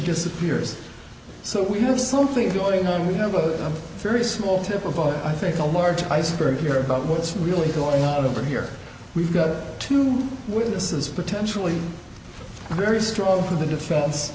disappears so we have something going on we have a very small to provide i think a large iceberg here about what's really going on over here we've got two witnesses potentially very strong for the defense